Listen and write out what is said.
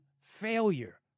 failure